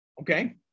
Okay